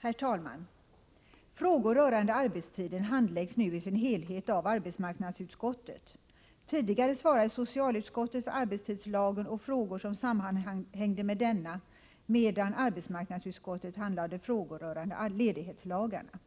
Herr talman! Frågor rörande arbetstiden handläggs nu helt av arbetsmarknadsutskottet. Tidigare svarade socialutskottet för arbetstidslagen och frågor som sammanhängde med denna, medan arbetsmarknadsutskottet behandlade frågor rörande ledighetslagarna.